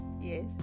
Yes